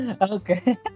Okay